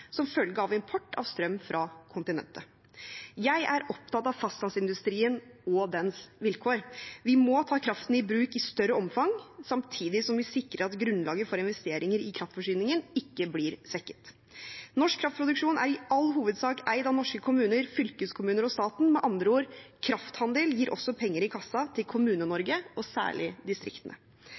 som følge av import av strøm fra kontinentet. Jeg er opptatt av fastlandsindustrien og dens vilkår. Vi må ta kraften i bruk i større omfang samtidig som vi sikrer at grunnlaget for investeringer i kraftforsyningen ikke blir svekket. Norsk kraftproduksjon er i all hovedsak eid av norske kommuner, fylkeskommuner og staten. Med andre ord: Krafthandel gir også penger i kassa til Kommune-Norge, og særlig distriktene.